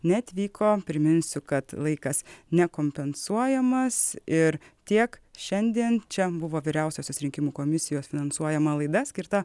neatvyko priminsiu kad laikas nekompensuojamas ir tiek šiandien čia buvo vyriausiosios rinkimų komisijos finansuojama laida skirta